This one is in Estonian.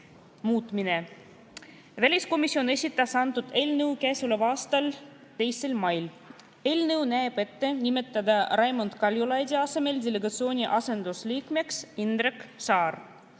muutmine. Väliskomisjon esitas selle eelnõu käesoleva aasta 2. mail. Eelnõu näeb ette: nimetada Raimond Kaljulaidi asemel delegatsiooni asendusliikmeks Indrek Saar.